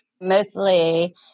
mostly